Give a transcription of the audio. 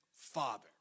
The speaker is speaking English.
father